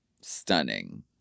Stunning